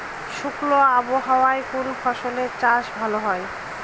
শুষ্ক আবহাওয়ায় কোন ফসলের চাষ ভালো হয়?